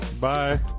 Bye